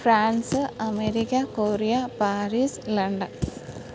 France America Korea Paris London